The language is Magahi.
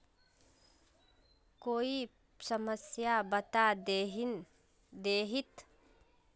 कोई समस्या बता देतहिन?